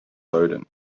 bowden